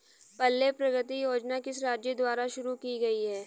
पल्ले प्रगति योजना किस राज्य द्वारा शुरू की गई है?